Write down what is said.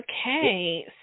Okay